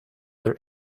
their